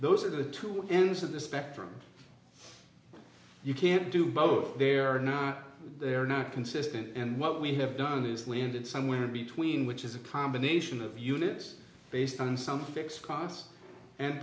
those are the two ends of the spectrum you can't do both they are not they're not consistent and what we have done is landed somewhere between which is a combination of units based on some fixed cost and